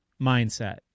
mindset